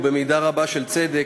ובמידה רבה של צדק,